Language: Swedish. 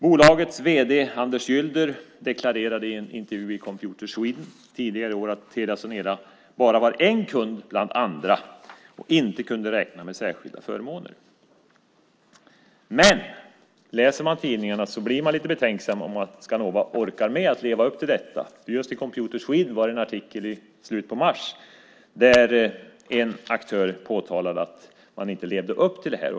Bolagets vd Anders Gylder deklarerade tidigare i år i en intervju i Computer Sweden att Telia Sonera bara är en kund bland andra och inte kunde räkna med särskilda förmåner. Men läser man tidningarna blir man lite betänksam kring om Skanova orkar leva upp till detta? Just i Computer Sweden var det i slutet av mars en artikel där en aktör påtalade att man inte levde upp till det här.